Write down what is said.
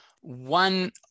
one